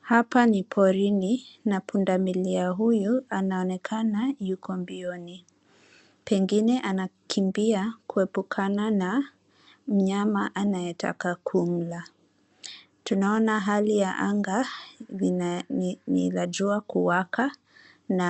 Hapa ni porini na punda milia huyu anaonekana yuko mbioni. Pengine anakimbia kuepukana na mnyama anayetaka kumla. Tunaona hali ya anga ni la jua kuwaka na